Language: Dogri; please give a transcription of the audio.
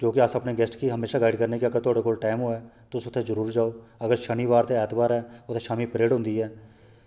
जो कि अस अपने गेस्ट गी हमेशा गाइड करने कि अगर थोआढ़े कोल टाइम होऐ तुस उत्थै जरूर जाओ अगर शनिबार ते ऐतबारे उत्थै शामीं परेड होंदी ऐ